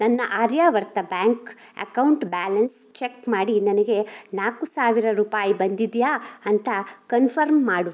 ನನ್ನ Aryavart bank account balance check ಮಾಡಿ ನನಗೆ ನಾಲ್ಕು ಸಾವಿರ ರೂಪಾಯಿ ಬಂದಿದೆಯಾ ಅಂತ ಕನ್ಫರ್ಮ್ ಮಾಡು